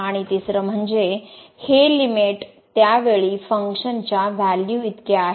आणि तिसरे म्हणजे हे लिमिट त्या वेळी फंक्शनच्या व्हॅल्यूइतके आहे